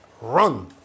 run